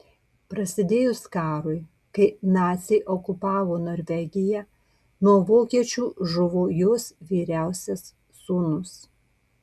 prasidėjus karui kai naciai okupavo norvegiją nuo vokiečių žuvo jos vyriausias sūnus